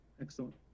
Excellent